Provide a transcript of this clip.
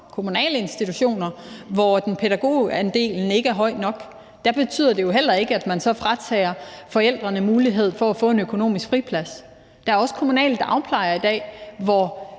kommunale institutioner, hvor pædagogandelen ikke er høj nok. Der betyder det jo heller ikke, at man så fratager forældrene muligheden for at få en økonomisk friplads. Der er også kommunale dagplejere i dag, hvor